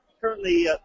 currently